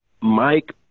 Mike